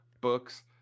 books